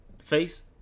face